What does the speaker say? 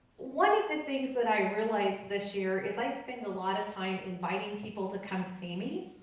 one of the things that i realized this year, is i spend a lot of time inviting people to come see me,